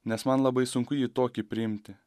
nes man labai sunku jį tokį priimti